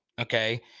okay